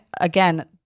again